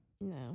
No